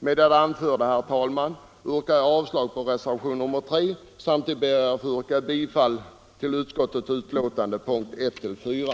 Med det anförda, herr talman, yrkar jag bifall till vad utskottet hemställt under punkterna 1-4.